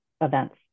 events